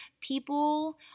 People